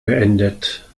beendet